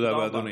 תודה רבה.